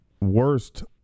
worst